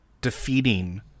defeating